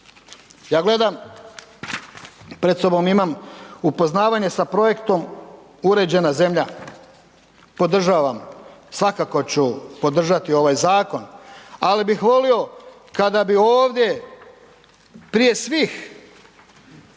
Ja gledam pred sobom imam upoznavanje sa projektom uređena zemlja, podržavam, svakako ću podržati ovaj zakon ali bih volio kada bi ovdje prije svih,